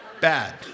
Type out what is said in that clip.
Bad